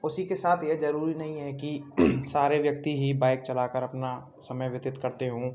उसी के साथ यह ज़रूरी नहीं है कि सारे व्यक्ति ही बाइक चलाकर अपना समय व्यतीत करते हों